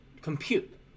compute